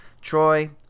Troy